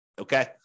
okay